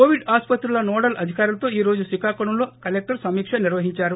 Covid ఆసుపత్రుల nodal అధికారులతో ఈరోజు శ్రీకాకుళంలో కలెక్లర్ సమీక్ష నిర్వహించారు